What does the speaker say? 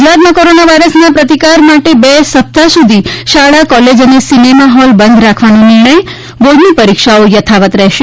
ગુજરાતમાં કોરોના વાયરસના પ્રતિકાર માટે બે સપ્તાહ સુધી શાળા કોલેજ અને સિનેમા હોલ બંધ રાખવાનો નિર્ણય બોર્ડની પરીક્ષાઓ યથાવત રહેશે